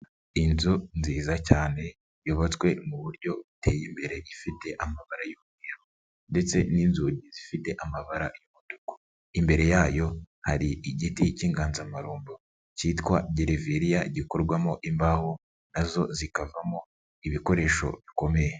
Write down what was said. Inzu nziza cyane, yubatswe mu buryo buteye imbere, ifite amabara y'umweru ndetse n'inzugi zifite amabara y'umutuku, imbere yayo, hari igiti cy'inganzamarumbo cyitwa Gereveriya, gikorwamo imbaho nazo zikavamo ibikoresho bikomeye.